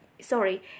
sorry